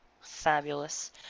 Fabulous